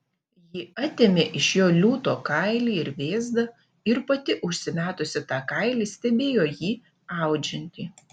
ji atėmė iš jo liūto kailį ir vėzdą ir pati užsimetusi tą kailį stebėjo jį audžiantį